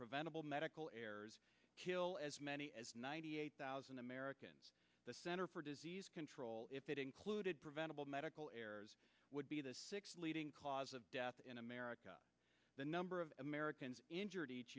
preventable medical errors kill as many as ninety eight thousand americans the center for disease control if it included preventable medical errors would be the six leading cause of death in america the number of americans injured each